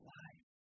life